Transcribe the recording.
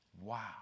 Wow